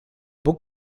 bóg